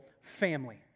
family